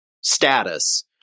status